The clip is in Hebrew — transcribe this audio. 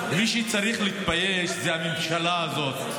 מי שצריך להתבייש זה הממשלה הזאת,